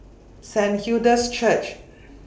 Saint Hilda's Church